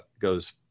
goes